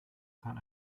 kann